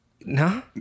No